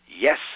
Yes